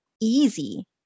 easy